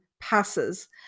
passes